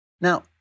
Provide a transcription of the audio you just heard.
Now